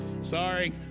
Sorry